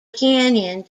canyon